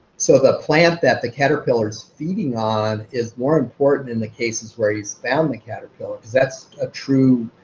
so the plant that the caterpillar's feeding on is more important in the cases where he's found the caterpillar. because that's a true